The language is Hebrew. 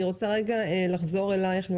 אני רוצה לחזור אלייך,